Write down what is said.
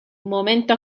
momento